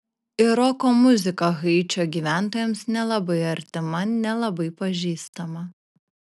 ir roko muzika haičio gyventojams nelabai artima nelabai pažįstama